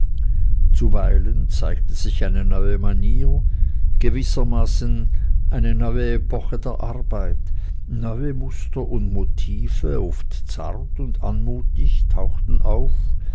zuweilen zeigte sich eine neue manier gewissermaßen eine neue epoche der arbeit neue muster und motive oft zart und anmutig tauchten auf